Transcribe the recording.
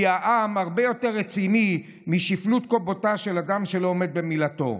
כי העם הרבה יותר רציני משפלות קומתו של אדם שלא עומד במילתו.